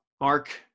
Mark